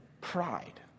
pride